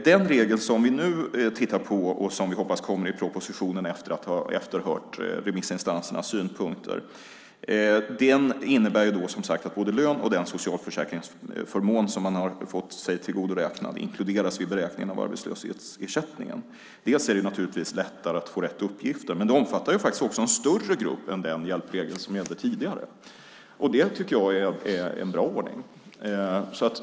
Den regel som vi nu tittar på, och som vi hoppas kommer i propositionen efter att vi har efterhört remissinstansernas synpunkter, innebar som sagt att både lön och den socialförsäkringsförmån som man har fått sig tillgodoräknad inkluderas vid beräkningen av arbetslöshetsersättningen. Naturligtvis är det lättare att få rätt uppgifter, men regeln omfattar faktiskt också en större grupp än den hjälpregel som gällde tidigare. Det tycker jag är en bra ordning.